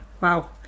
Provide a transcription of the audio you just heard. Wow